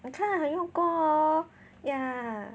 我看了很用功 hor yeah